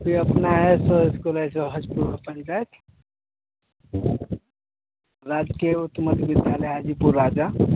वो अपना है सो इस्कूल है सो हाजीपुर पंचायत राजकीय उत्त मध्य विद्यालय हाजीपुर राजा